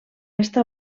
estar